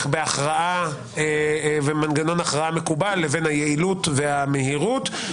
בהכרעה ומנגנון הכרעה מקובל לבין היעילות והמהירות.